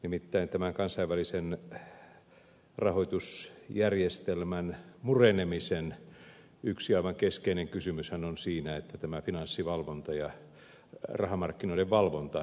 nimittäin tämän kansainvälisen rahoitusjärjestelmän murenemisen yksi aivan keskeinen kysymyshän on se että tämä finanssivalvonta ja rahamarkkinoiden valvonta ei ole toiminut